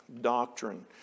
doctrine